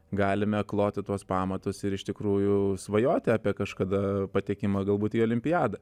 galime kloti tuos pamatus ir iš tikrųjų svajoti apie kažkada patekimą galbūt į olimpiadą